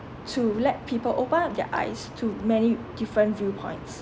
to let people open up their eyes to many different viewpoints